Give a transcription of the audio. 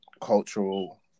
cultural